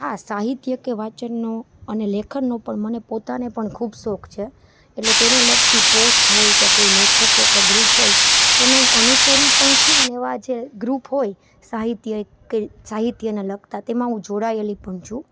હા સાહિત્ય કે વાંચનનો અને લેખનનો પણ મને પોતાને પણ ખૂબ શોખ છે એટલે તેને લગતી પોસ્ટ હોય કે લેખકો કે ગ્રુપ હોય તેને હું અનુસરું પણ છું અન એવાં જે ગ્રુપ હોય સાહિત્ય કે સાહિત્યને લગતાં તેમાં હું જોડાયેલી પણ છું